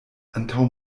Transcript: antaŭ